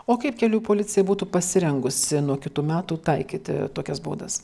o kaip kelių policija būtų pasirengusi nuo kitų metų taikyti tokias baudas